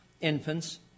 Infants